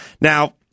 Now